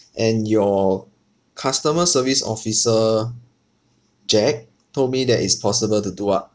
and your customer service officer jack told me that it's possible to do ah